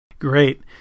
Great